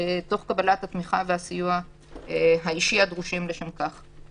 תוך קבלת התמיכה והסיוע האישי הדרושים לשם כך.